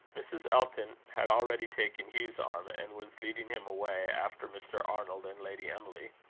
mrs. elton had already taken hugh's arm, and was leading him away after mr. arnold and lady emily.